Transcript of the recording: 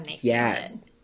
Yes